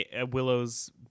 Willow's